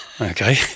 Okay